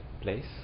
place